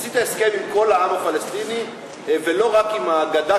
עשית הסכם עם כל העם הפלסטיני ולא רק עם הגדה,